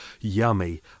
yummy